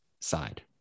side